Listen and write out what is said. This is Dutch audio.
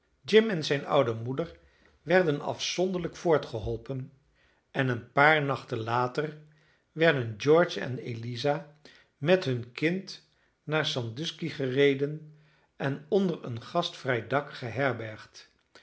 jim en zijne oude moeder werden afzonderlijk voortgeholpen en een paar nachten later werden george en eliza met hun kind naar sandusky gereden en onder een gastvrij dak geherbergd